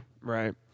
Right